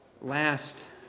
Last